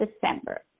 December